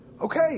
Okay